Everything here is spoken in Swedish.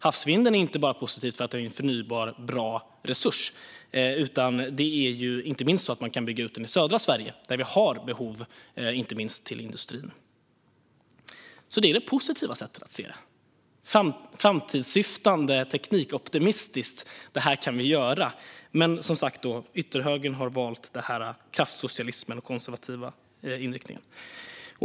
Havsvinden är inte bara positiv för att den är en förnybar och bra resurs. Det är inte minst så att man kan bygga ut den i södra Sverige där vi har behov från industrin. Det är det positiva sättet att se det. Det är framtidssyftande teknikoptimistiskt. Det här kan vi göra. Men ytterhögern har valt kraftsocialismen och den konservativa inriktningen.